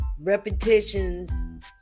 Repetitions